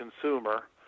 consumer